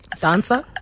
Dancer